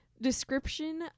description